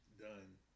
done